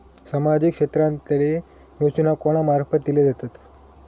सामाजिक क्षेत्रांतले योजना कोणा मार्फत दिले जातत?